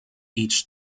each